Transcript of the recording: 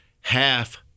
half